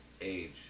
age